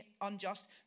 unjust